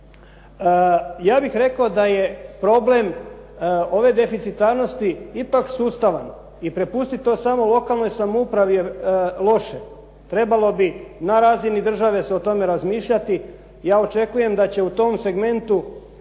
Ja bih rekao da je problem ove deficitarnosti ipak sustava i prepustit to samo lokalnoj samoupravi je loše. Trebalo bi na razini države se o tome razmišljati. Ja očekujem da će u tom segmentu